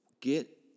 get